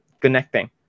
connecting